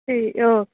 ठीक ओके